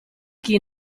chi